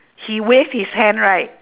he wave his hand right